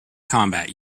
combat